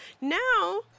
now